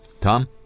Tom